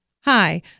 Hi